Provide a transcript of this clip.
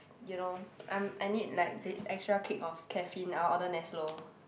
you know I'm I need like the extra kick of caffeine I'll order Neslo